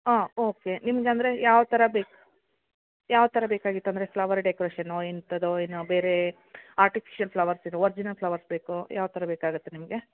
ಹಾಂ ಓಕೆ ನಿಮ್ಗೆ ಅಂದರೆ ಯಾವ ಥರ ಬೇಕು ಯಾವ ಥರ ಬೇಕಾಗಿತ್ತಂದ್ರೆ ಫ್ಲವರ್ ಡೆಕೋರೇಷನ್ ಎಂಥದ್ದೋ ಏನೋ ಬೇರೆ ಆರ್ಟಿಫಿಷಿಯಲ್ ಫ್ಲವರ್ಸಿರುವ ವರ್ಜಿನಲ್ ಫ್ಲವರ್ಸ್ ಬೇಕೋ ಯಾವ ಥರ ಬೇಕಾಗುತ್ತೆ ನಿಮಗೆ